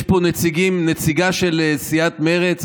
יש פה נציגה של סיעת מרצ,